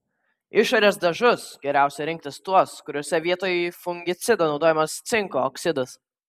išorės dažus geriausia rinktis tuos kuriuose vietoj fungicido naudojamas cinko oksidas